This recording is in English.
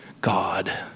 God